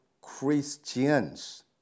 Christians